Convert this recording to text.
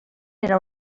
era